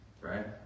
right